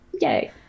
Yay